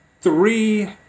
Three